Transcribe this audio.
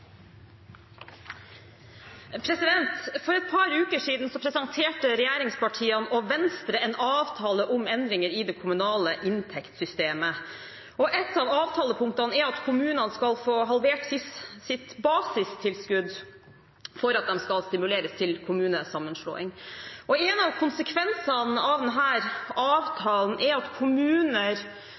For et par uker siden presenterte regjeringspartiene og Venstre en avtale om endringer i det kommunale inntektssystemet. Et av avtalepunktene er at kommunene skal få halvert sitt basistilskudd for at de skal stimuleres til kommunesammenslåing, og en av konsekvensene av denne avtalen er at kommuner